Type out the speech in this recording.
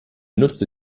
nutzte